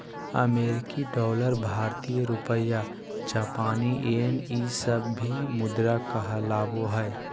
अमेरिकी डॉलर भारतीय रुपया जापानी येन ई सब भी मुद्रा कहलाबो हइ